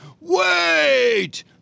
wait